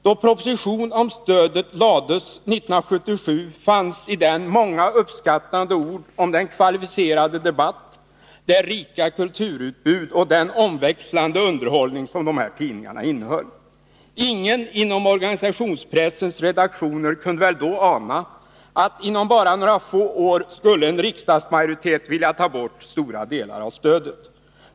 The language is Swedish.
Då propositionen om stödet lades fram 1977 fanns i den många uppskattande ord om den kvalificerade debatt, det rika kulturutbud och den omväxlande underhållning som dessa tidningar innehöll. Ingen inom organisationspressens redaktioner kunde väl då ana att en riksdagsmajoritet inom bara några få år skulle vilja ta bort stora delar av stödet.